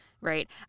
right